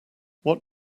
what